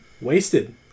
wasted